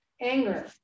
anger